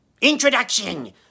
introduction